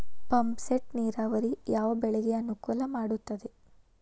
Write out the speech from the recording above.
Pump set ನೇರಾವರಿ ಯಾವ್ ಬೆಳೆಗೆ ಅನುಕೂಲ ಮಾಡುತ್ತದೆ?